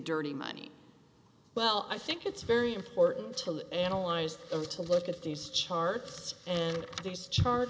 dirty money well i think it's very important to analyze or to look at these charts and these char